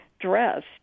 dressed